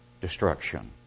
destruction